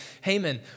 Haman